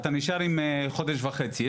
אתה נשאר עם חודש וחצי.